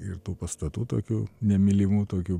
ir tų pastatų tokių nemylimų tokių